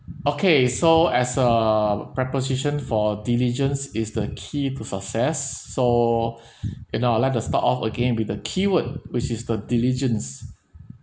okay so as a preposition for diligence is the key to success so you know I'd like to start off again with the keyword which is the diligence